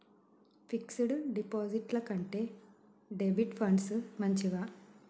Fix డ్ డిపాజిట్ల కంటే డెబిట్ ఫండ్స్ మంచివా?